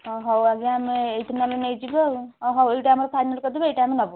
ହଁ ହଉ ଆଜ୍ଞା ଆମେ ଏଇଠୁ ନହଲେ ନେଇଯିବୁ ଆଉ ହଁ ହଉ ଏଇଟା ଆମର ଫାଇନାଲ୍ କରିଦେବେ ଏଇଟା ଆମେ ନେବୁ